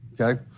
Okay